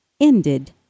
Ended